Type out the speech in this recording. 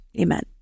amen